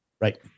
Right